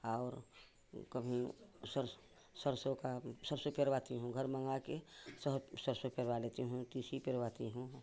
और कभी सर्स सरसों का सरसों पेरवाती हूँ घर मंगा कर सरसों पेरवा लेती हूँ तीसी पेरवाती हूँ